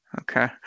Okay